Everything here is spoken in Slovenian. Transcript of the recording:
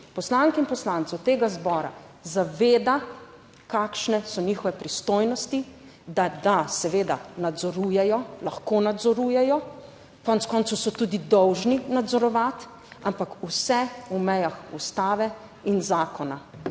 poslank in poslancev tega zbora zaveda, kakšne so njihove pristojnosti, da seveda nadzorujejo, lahko nadzorujejo, konec koncev so tudi dolžni nadzorovati, ampak vse v mejah ustave in zakona